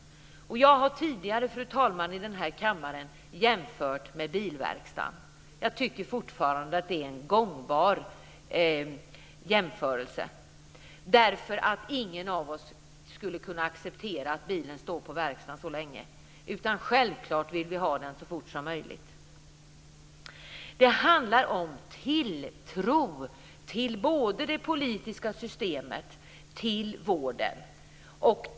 Jag har tidigare, fru talman, i den här kammaren jämfört med en bilverkstad. Jag tycker fortfarande att det är en gångbar jämförelse. Ingen av oss skulle acceptera att bilen står på verkstaden så länge. Självklart vill vi ha den så fort som möjligt. Det handlar om tilltro till både det politiska systemet och vården.